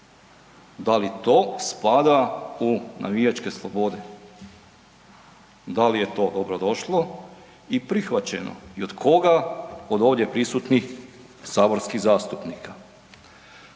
Da li to spada u navijačke slobode? Da li je to dobrodošlo i prihvaćeno i od koga od ovdje prisutnih saborskih zastupnika?